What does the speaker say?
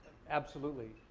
absolutely.